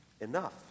enough